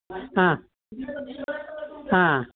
ಹಾಂ ಹಾಂ